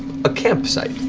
a campsite.